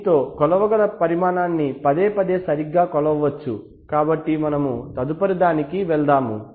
దీనితో కొలవగల పరిమాణాన్ని పదేపదే సరిగ్గా కొలవవచ్చు కాబట్టి మేము తదుపరి దానికి వెళ్తాము